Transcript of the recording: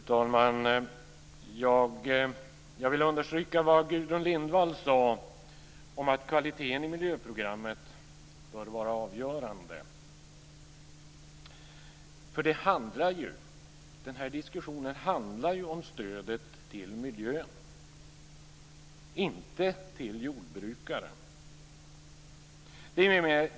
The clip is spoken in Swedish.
Fru talman! Jag vill understryka vad Gudrun Lindvall sade om att kvaliteten i miljöprogrammet bör vara avgörande. Den här diskussionen handlar ju om stödet till miljön och inte om stödet till jordbrukaren.